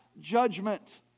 judgment